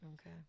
Okay